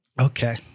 okay